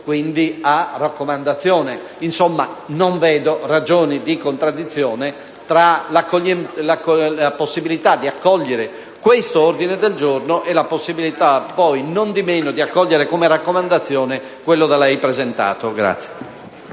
una raccomandazione. Insomma, non vedo ragioni di contraddizione tra la possibilità di accogliere questo ordine del giorno e quella poi di accogliere come raccomandazione quello da lei presentato.